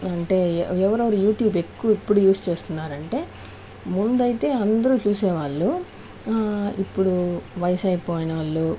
అంటే ఎవరెవరు యూట్యూబ్ ఎక్కువ ఇప్పుడు యూస్ చేస్తున్నారంటే ముందు అయితే అందరు చూసే వాళ్ళు ఇప్పుడు వయసు అయిపోయిన వాళ్ళు